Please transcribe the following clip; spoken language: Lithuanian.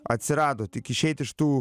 atsirado tik išeit iš tų